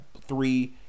three